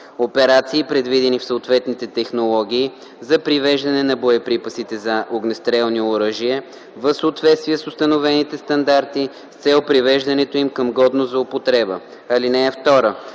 операции, предвидени в съответните технологии за привеждане на боеприпасите за огнестрелни оръжия в съответствие с установените стандарти, с цел привеждането им към годност за употреба. (2)